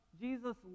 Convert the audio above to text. Jesus